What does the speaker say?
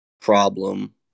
Problem